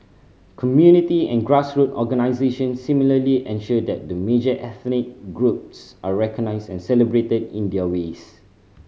community and grassroot organisations similarly ensure that the major ethnic groups are recognised and celebrated in their ways